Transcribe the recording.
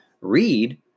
read